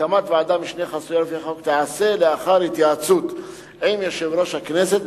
הקמת ועדת משנה חסויה לפי החוק תיעשה לאחר התייעצות עם יושב-ראש הכנסת,